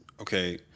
okay